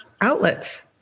outlets